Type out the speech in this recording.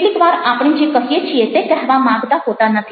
કેટલીક વાર આપણે જે કહીએ છીએ તે કહેવા માંગતા હોતા નથી